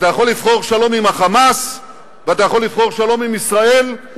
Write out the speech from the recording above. אתה יכול לבחור שלום עם ה"חמאס" ואתה יכול לבחור שלום עם ישראל,